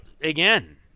again